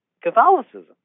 Catholicism